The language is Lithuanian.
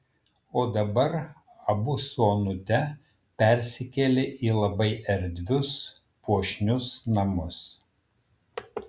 o dabar abu su onute persikėlė į labai erdvius puošnius namus